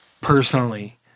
personally